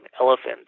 elephant